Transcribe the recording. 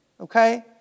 Okay